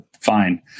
fine